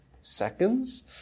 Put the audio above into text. seconds